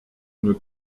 une